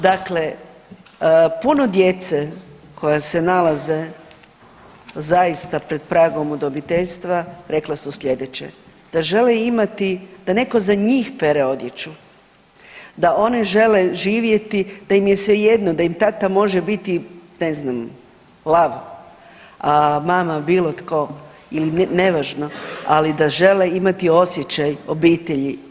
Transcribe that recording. Dakle, puno djece koja se nalaze zaista pred pragom udomiteljstva rekla su sljedeće, da žele imati da netko za njih pere odjeću, da one žele živjeti da im je svejedno da im tata može biti ne znam lav, a mama bilo tko ili nevažno, ali da žele imati osjećaj obitelji.